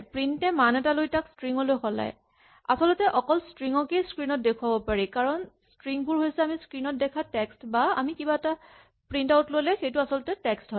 print এ মান এটা লৈ তাক ষ্ট্ৰিং লৈ সলায় আচলতে অকল ষ্ট্ৰিং কেই স্ক্ৰীণ ত দেখুৱাব পাৰি কাৰণ ষ্ট্ৰিং বোৰ হৈছে আমি স্ক্ৰীণ ত দেখা টেক্স্ট বা আমি কিবা এটাৰ প্ৰিন্ট আউট ল'লে সেইটো আচলতে টেক্স্ট হয়